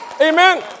Amen